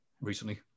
recently